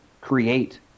create